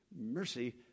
mercy